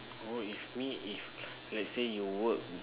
oh it's me if let's say you work